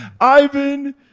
Ivan